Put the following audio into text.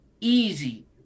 easy